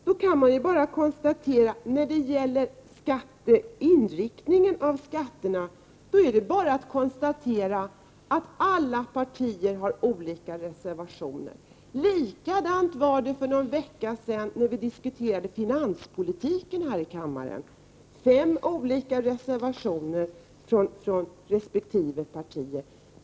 Då kan man konstatera att alla partier har olika reservationer när det gäller inriktningen av skattepolitiken. Likadant var det för någon vecka sedan, när vi diskuterade finanspolitiken här i kammaren — fem olika reservationer från resp. partier.